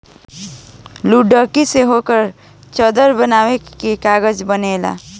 लुगदी से ओकर चादर बना के कागज बनेला